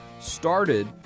started